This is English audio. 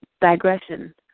digression